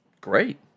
Great